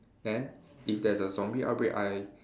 then if there's a zombie outbreak I